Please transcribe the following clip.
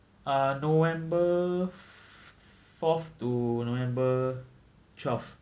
uh november fo~ fourth to november twelve